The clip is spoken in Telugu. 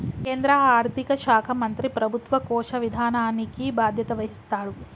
కేంద్ర ఆర్థిక శాఖ మంత్రి ప్రభుత్వ కోశ విధానానికి బాధ్యత వహిస్తాడు